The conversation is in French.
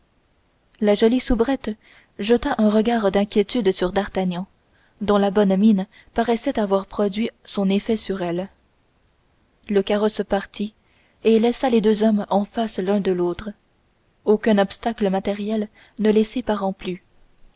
la jolie soubrette jeta un regard d'inquiétude sur d'artagnan dont la bonne mine paraissait avoir produit son effet sur elle le carrosse partit et laissa les deux hommes en face l'un de l'autre aucun obstacle matériel ne les séparant plus